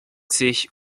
sich